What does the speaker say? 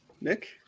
Nick